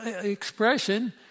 expression